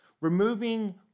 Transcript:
Removing